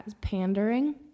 pandering